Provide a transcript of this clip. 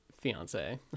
fiance